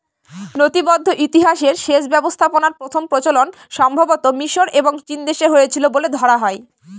নথিবদ্ধ ইতিহাসে সেচ ব্যবস্থাপনার প্রথম প্রচলন সম্ভবতঃ মিশর এবং চীনদেশে হয়েছিল বলে ধরা হয়